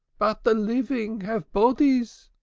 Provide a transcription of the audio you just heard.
but the living have bodies!